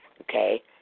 okay